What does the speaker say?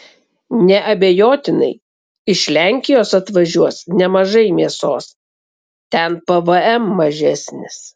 neabejotinai iš lenkijos atvažiuos nemažai mėsos ten pvm mažesnis